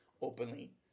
openly